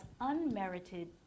unmerited